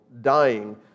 dying